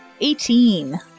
Eighteen